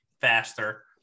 faster